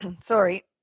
sorry